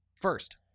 first